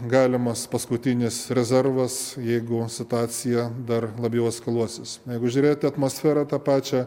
galimas paskutinis rezervas jeigu situacija dar labiau eskaluosis smagu žiūrėti atmosferą tą pačią